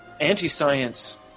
Anti-science